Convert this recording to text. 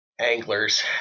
anglers